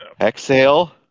Exhale